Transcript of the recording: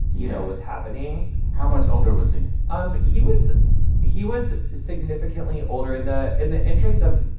you know, was happening how much older was he? um he was he was significantly older. in the and the interest of,